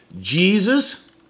Jesus